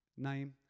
name